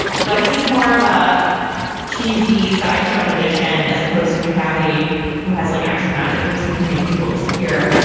but he's more of a cheesy sideshow magician as opposed to mccafferty who has like actual magic. we've seen him make people disappear.